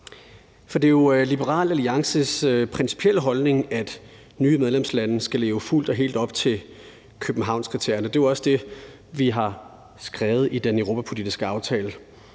For det er jo Liberal Alliances principielle holdning, at nye medlemslande skal leve fuldt og helt op til Københavnskriterierne, og det er jo også det, vi har skrevet i den europapolitiske aftale.